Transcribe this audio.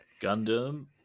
Gundam